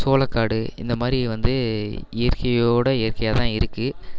சோளக்காடு இந்த மாதிரி வந்து இயற்கையோடு இயற்கையாக தான் இருக்குது